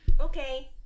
Okay